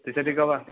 তুই সেদিকেও আবার